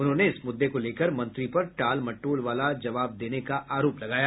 उन्होने इस मुद्दे को लेकर मंत्री पर टाल मटोलवाला जवाब देने का आरोप लगाया